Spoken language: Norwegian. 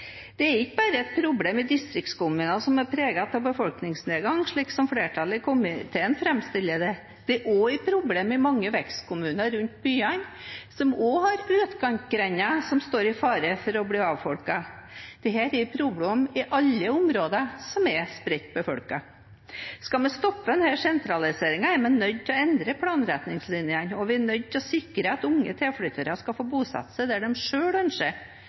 er ikke bare et problem i distriktskommuner som er preget av befolkningsnedgang, slik som flertallet i komiteen framstiller det. Det er også et problem i mange vekstkommuner rundt byene, som også har utkantgrender som står i fare for å bli avfolket. Dette er et problem i alle områder som er spredt befolket. Skal vi stoppe denne sentraliseringen, er vi nødt til å endre planretningslinjene, og vi er nødt til å sikre at unge tilflyttere skal få bosette seg der de selv ønsker.